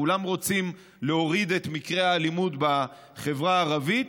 כולם רוצים להוריד את מקרי האלימות בחברה הערבית,